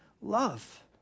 love